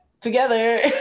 together